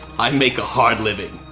i make a hard living,